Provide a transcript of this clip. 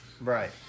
Right